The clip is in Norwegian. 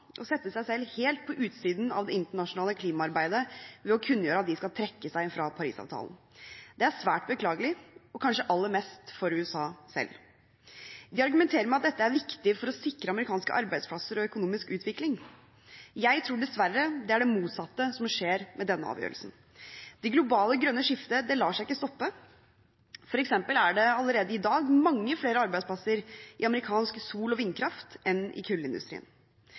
sette seg selv helt på utsiden av det internasjonale klimaarbeidet ved å kunngjøre at de skal trekke seg fra Paris-avtalen. Det er svært beklagelig – kanskje aller mest for USA selv. De argumenterer med at dette er viktig for å sikre amerikanske arbeidsplasser og økonomisk utvikling. Jeg tror dessverre det er det motsatte som skjer med denne avgjørelsen. Det globale grønne skiftet lar seg ikke stoppe. Allerede i dag er det f.eks. mange flere arbeidsplasser innenfor amerikansk sol- og vindkraft enn i kullindustrien.